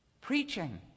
preaching